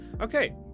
Okay